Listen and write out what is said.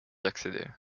accéder